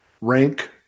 Rank